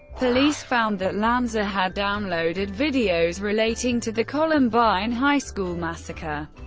police found that lanza had downloaded videos relating to the columbine high school massacre,